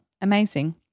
Amazing